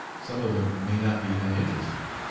some of them may not be uninteresting.